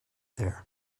there